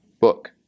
book